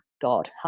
God